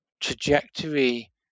trajectory